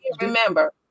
remember